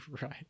right